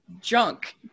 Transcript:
junk